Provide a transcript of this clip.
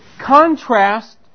contrast